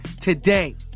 today